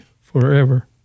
forever